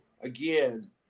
again